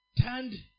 turned